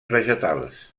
vegetals